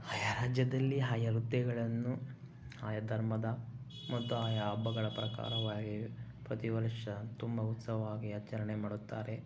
ಆಯಾ ರಾಜ್ಯದಲ್ಲಿ ಆಯಾ ಹುದ್ದೆಗಳನ್ನು ಆಯಾ ಧರ್ಮದ ಮತ್ತು ಆಯಾ ಹಬ್ಬಗಳ ಪ್ರಕಾರವಾಗಿ ಪ್ರತೀ ವರ್ಷ ತುಂಬ ಉತ್ಸಾಹವಾಗಿ ಆಚರಣೆ ಮಾಡುತ್ತಾರೆ